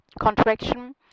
contraction